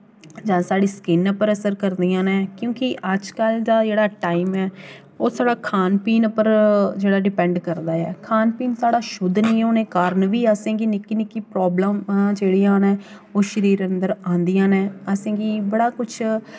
जां साढ़ी स्किन उप्पर असर करदियां न क्योंकि अजकल दा जेह्ड़ा टाइम ऐ ओह् साढ़ा खान पीन उप्पर जेह्ड़ा डिपैंड करदा ऐ खान पीन साढ़ा शुद्ध नेईं होने करी बी असें गी निक्की निक्की प्राब्लमां जेह्ड़ियां न ओह् शरीर अंदर औंदियां न असें गी बड़ा किछ